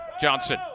Johnson